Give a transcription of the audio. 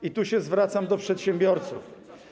I tu się zwracam do przedsiębiorców.